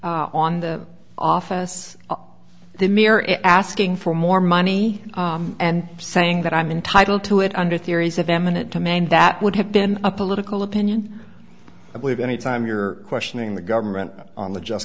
on the office the mayor is asking for more money and saying that i'm entitled to it under theories of eminent domain that would have been a political opinion i believe any time you're questioning the government on the just